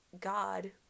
God